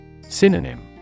Synonym